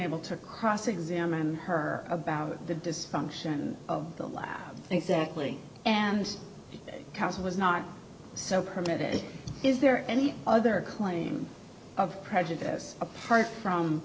able to cross examine her about the dysfunction of the law exactly and that cause was not so permitted is there any other claim of prejudice apart from